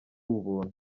ubuntu